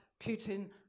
Putin